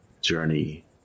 journey